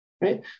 Right